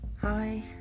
Hi